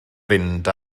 fynd